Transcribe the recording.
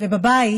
ובבית